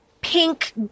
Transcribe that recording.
pink